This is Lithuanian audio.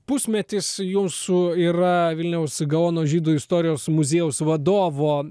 pusmetis jūsų yra vilniaus gaono žydų istorijos muziejaus vadovo